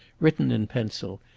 written in pencil,